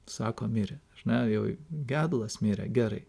sako mirė ar ne jau gedulas mirė gerai